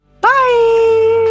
Bye